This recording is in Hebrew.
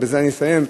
ובזה אסיים,